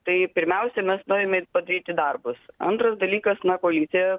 tai pirmiausia mes norime padaryti darbus antras dalykas na koalicija